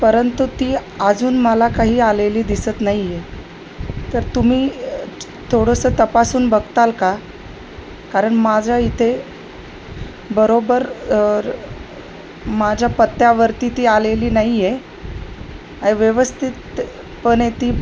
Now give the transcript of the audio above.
परंतु ती अजून मला काही आलेली दिसत नाहीये तर तुम्ही थोडंसं तपासून बघताल का कारण माझं इथे बरोबर अर माझ्या पत्त्यावरती ती आलेली नाहीये अ व्यवस्थितपणे ती